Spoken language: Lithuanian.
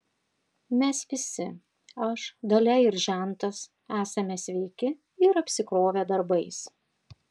mes visi aš dalia ir žentas esame sveiki ir apsikrovę darbais